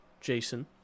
Jason